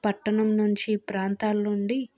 పట్టణం నుంచి ప్రాంతాల నుండి